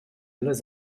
las